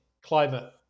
climate